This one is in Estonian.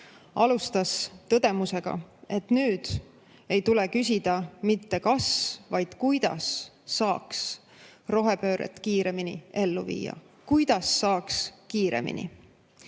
alustas tõdemusega, et nüüd ei tule küsida mitte kas, vaid kuidas saaks rohepööret kiiremini ellu viia. Kuidas saaks kiiremini?!